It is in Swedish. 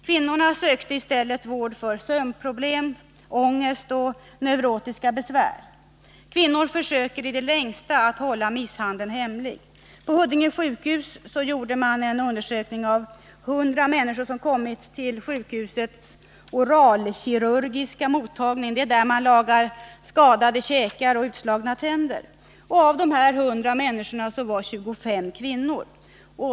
Kvinnorna sökte i stället vård för sömnproblem, ångest och neurotiska besvär. Kvinnorna försöker i det längsta att hålla misshandeln hemlig. På Huddinge sjukhus gjordes en undersökning av 100 människor som kommit till sjukhusets oralkirurgiska mottagning, där man lagar skadade käkar och utslagna tänder. Av de 100 var 25 kvinnor.